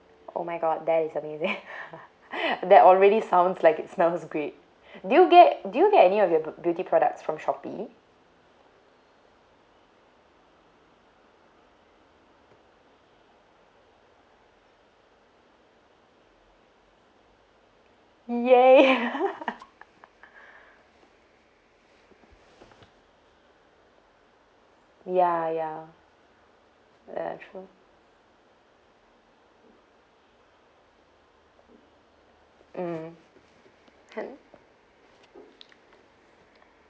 oh my god that is amazing that already sounds like it smells great do you get do you get any of your b~ beauty products from shopee !yay! ya ya that's true mm